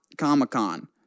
Comic-Con